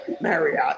Marriott